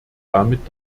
damit